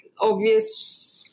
obvious